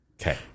okay